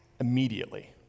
immediately